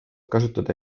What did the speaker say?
kasutada